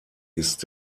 ist